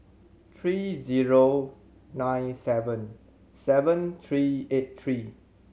three zero nine seven seven three eight three